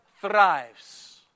thrives